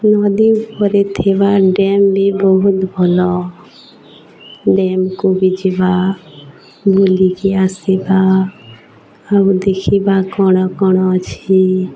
ନଦୀ ପରେ ଥିବା ଡ଼୍ୟାମ୍ ବି ବହୁତ ଭଲ ଡ଼୍ୟାମ୍କୁ ବି ଯିବା ବୁଲିକି ଆସିବା ଆଉ ଦେଖିବା କ'ଣ କ'ଣ ଅଛି